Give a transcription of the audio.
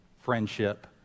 friendship